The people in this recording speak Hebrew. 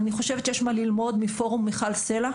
אני חושבת שיש מה ללמוד מפורום מיכל סלע,